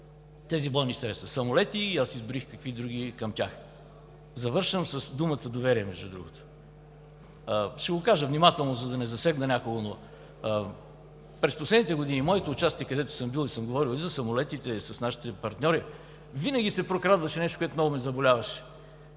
тези бойни средства – самолети, а изброих и какви други към тях. Завършвам с думата доверие, между другото. Ще го кажа внимателно, за да не засегна някого, но през последните години с моето участие, където съм бил и съм говорил за самолетите с нашите партньори, винаги се прокрадваше нещо, от което много ме заболяваше